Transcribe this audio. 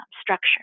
structure